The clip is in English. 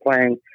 playing